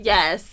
Yes